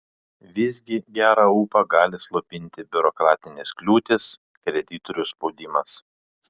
visgi gerą ūpą gali slopinti biurokratinės kliūtys kreditorių spaudimas